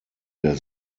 der